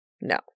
no